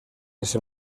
ese